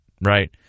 right